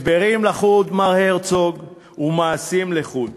הסברים לחוד, מר הרצוג, ומעשים לחוד.